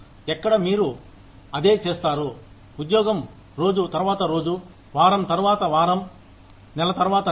ఎక్కడ మీరు అదే చేస్తారు ఉద్యోగం రోజు తర్వాత రోజు వారం తరువాత వారు నెల తర్వాత నెల